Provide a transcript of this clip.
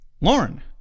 Lauren